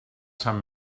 sant